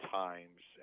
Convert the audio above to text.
times